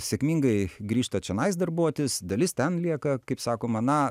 sėkmingai grįžta čionais darbuotis dalis ten lieka kaip sakoma na